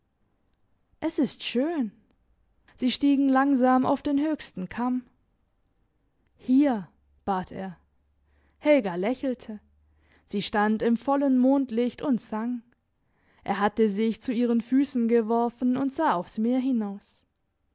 es ist schön sie stiegen langsam auf den höchsten kamm hier bat er helga lächelte sie stand im vollen mondlicht und sang er hatte sich zu ihren füssen geworfen und sah aufs meer hinaus